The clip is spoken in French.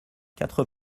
quatre